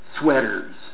sweaters